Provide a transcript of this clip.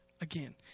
again